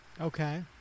Okay